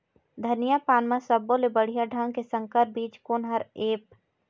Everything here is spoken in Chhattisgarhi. धनिया पान म सब्बो ले बढ़िया ढंग के संकर बीज कोन हर ऐप?